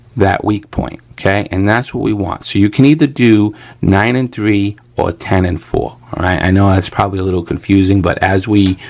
that weak point, okay, and that's what we want. so, you can either do nine and three, or ten and four, all right, i know that's probably a little confusing but as we,